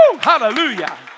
Hallelujah